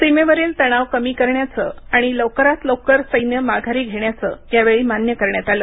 सीमेवरील तणाव कमी करण्यावर आणि लवकरात लवकर सैन्य माघारी घेण्याचं यावेळी मान्य करण्यात आलं